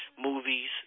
movies